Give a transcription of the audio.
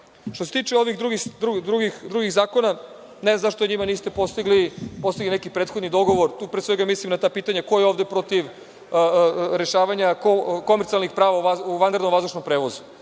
se tiče ovih drugih zakona, ne znam zašto o njima niste postigli neki prethodni dogovor? Pre svega, mislim na ta pitanja ko je ovde protiv rešavanja komercijalnih prava u vanrednom vazdušnom prevozu?